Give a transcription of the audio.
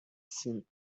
seen